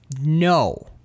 no